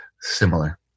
similar